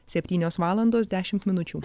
septynios valandos dešimt minučių